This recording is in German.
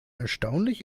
erstaunlich